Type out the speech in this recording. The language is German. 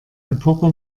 epoche